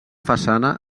façana